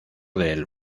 del